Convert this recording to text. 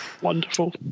wonderful